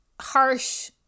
harsh